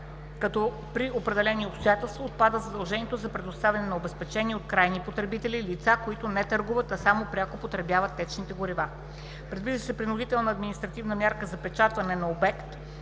като при определени обстоятелства отпада задължението за предоставяне на обезпечения от крайните потребители – лица, които не търгуват, а само пряко потребяват течни горива. Предвижда се принудителната административна мярка „запечатване на обект